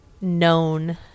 known